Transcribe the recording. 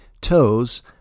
toes